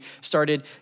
started